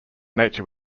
nature